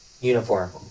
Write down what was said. uniform